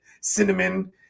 Cinnamon